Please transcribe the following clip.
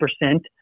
percent